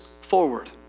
forward